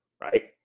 right